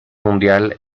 mundial